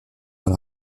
dans